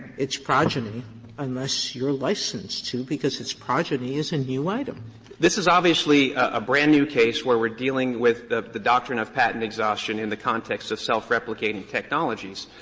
its progeny unless you are licensed to, because its progeny is a new item. walters this is obviously a brand-new case where we're dealing with the the doctrine of patent exhaustion in the context of self-replicating technologies.